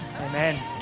Amen